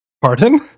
Pardon